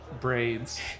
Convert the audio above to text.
braids